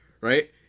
right